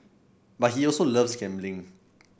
but he also loves gambling